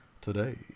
today